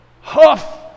huff